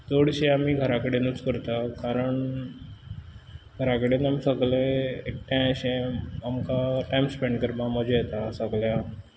चडशीं आमी घरा कडेनूच करता कारण घरा कडेन आमी सगळे एकठांय अशें आमकां टायम स्पेन्ड करपाक मजा येता सगळ्यांक